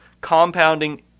compounding